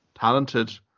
talented